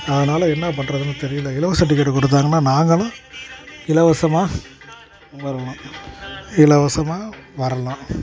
அதனால் என்ன பண்ணுறதுனு தெரியலை இலவச டிக்கெட் கொடுத்தாங்கனா நாங்களும் இலவசமாக வரலாம் இலவசமாக வரலாம்